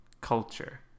Culture